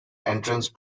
entrance